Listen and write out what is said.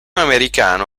americano